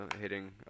hitting